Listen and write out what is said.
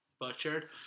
butchered